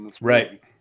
Right